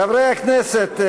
חברי הכנסת,